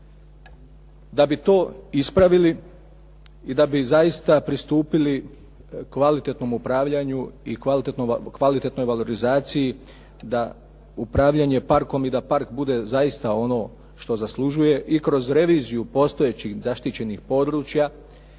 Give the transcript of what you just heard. Da bi to ispravili i da bi zaista pristupili kvalitetnom upravljanju i kvalitetnoj valorizaciji da upravljanje parkom i da park bude zaista ono što zaslužuje i kroz reviziju postojećih zaštićenih područja,